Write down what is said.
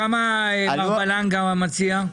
וכמה מר בלנגה מציע?